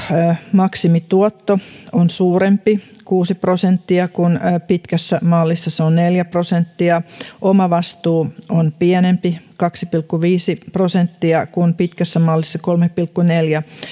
maksimituotto on suurempi kuusi prosenttia kun pitkässä mallissa se on neljä prosenttia omavastuu on pienempi kaksi pilkku viisi prosenttia kun pitkässä mallissa kolme pilkku neljä